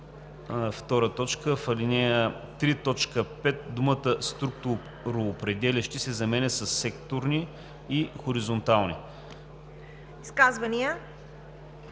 Изказвания?